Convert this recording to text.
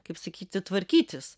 kaip sakyti tvarkytis